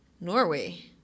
Norway